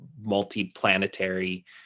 multi-planetary